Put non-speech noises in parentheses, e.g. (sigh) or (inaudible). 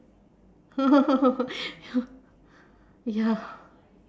(laughs) ya ya